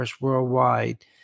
worldwide